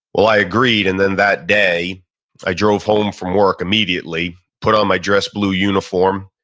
well, i agreed and then that day i drove home from work, immediately put on my dress blue uniform,